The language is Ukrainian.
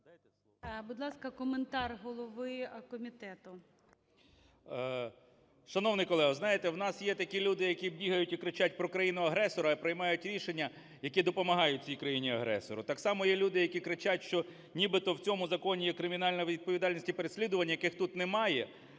Будь ласка, коментар голови комітету. 11:58:42 КНЯЖИЦЬКИЙ М.Л. Шановний колего, знаєте, в нас є такі люди, які бігають і кричать про країну-агресора, а приймають рішення, які допомагають цій країні-агресору. Так само є люди, які кричать, що нібито в цьому законі є кримінальна відповідальність і переслідування, яких тут немає,